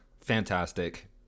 fantastic